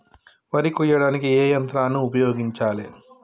వరి కొయ్యడానికి ఏ యంత్రాన్ని ఉపయోగించాలే?